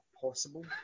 possible